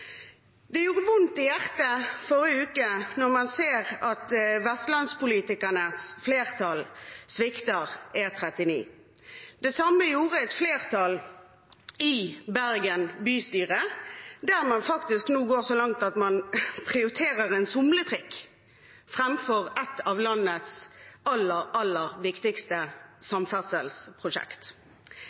Det gjorde vondt i hjertet i forrige uke å se at vestlandspolitikernes flertall svikter E39. Det samme gjorde et flertall i Bergen bystyre, der man nå faktisk går så langt at man prioriterer en somletrikk framfor et av landets aller viktigste